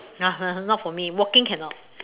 not for me walking cannot